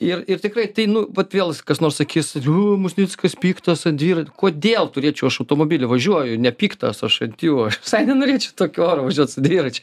ir ir tikrai tai nu vat vėl s kas nors sakys u musnickas piktas ir kodėl turėčiau aš automobily važiuoju nepiktas aš ant jų aš visai nenorėčiau tokiu oru važiuot su dviračiu